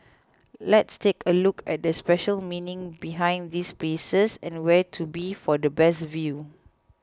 let's take a look at the special meaning behind these places and where to be for the best view